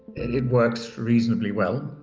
it works reasonably well.